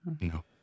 No